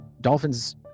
dolphins